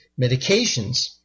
medications